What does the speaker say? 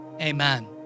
amen